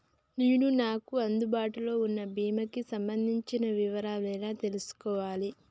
నేను నాకు అందుబాటులో ఉన్న బీమా కి సంబంధించిన వివరాలు ఎలా తెలుసుకోవాలి?